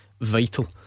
vital